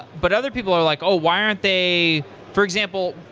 but other people are like, oh, why aren't they for example,